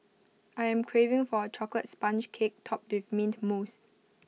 I am craving for A Chocolate Sponge Cake Topped with Mint Mousse